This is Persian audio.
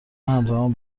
همزمان